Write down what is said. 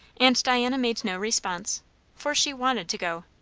and diana made no response for she wanted to go.